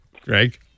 Greg